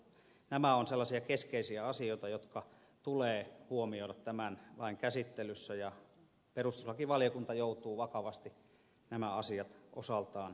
nämä ovat sellaisia keskeisiä asioita jotka tulee huomioida tämän lain käsittelyssä ja perustuslakivaliokunta joutuu vakavasti nämä asiat osaltaan käymään läpi